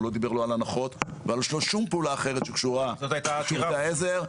הוא לא דיבר על הנחות ועל שום פעולה שקשורה לתאגיד העזר.